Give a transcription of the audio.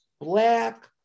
black